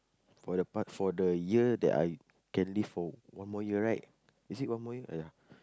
for the part for the year that I can live for one more year right is it one more year ya